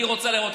אני רוצה להראות.